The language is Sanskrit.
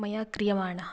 मया क्रियमाणः